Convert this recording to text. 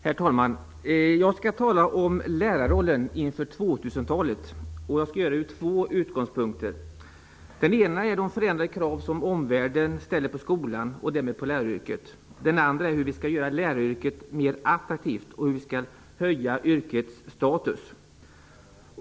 Herr talman! Jag skall tala om lärarrollen inför 2000-talet. Jag gör det ur två utgångspunkter. Den ena är de förändrade krav som omvärlden ställer på skolan och därmed på läraryrket. Den andra är hur vi skall göra läraryrket mer attraktivt och hur vi skall höja yrkets status.